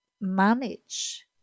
manage